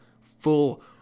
full